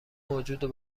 موجود